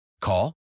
Call